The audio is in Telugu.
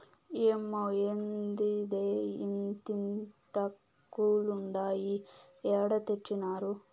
ఏమ్మే, ఏందిదే ఇంతింతాకులుండాయి ఏడ తెచ్చినారు